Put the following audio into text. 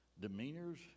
demeanors